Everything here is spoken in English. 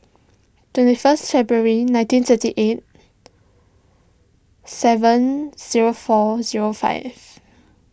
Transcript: twenty first February nineteen thirty eight seven zero four zero five